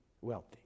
wealthy